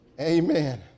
Amen